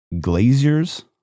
glaziers